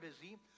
busy